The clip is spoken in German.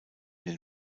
den